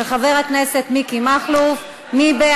של חבר הכנסת מכלוף מיקי זוהר.